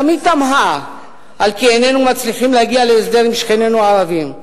תמיד תמהה על כי איננו מצליחים להגיע להסדר עם שכנינו הערבים.